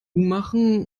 machen